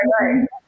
right